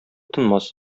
тынмас